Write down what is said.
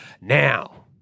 Now